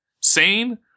sane